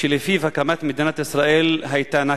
שלפיו הקמת מדינת ישראל היתה נכבה.